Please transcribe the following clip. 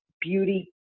beauty